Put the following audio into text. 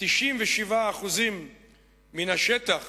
97% מן השטח